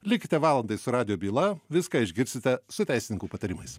likite valandai su radijo byla viską išgirsite su teisininkų patarimais